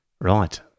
Right